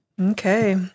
Okay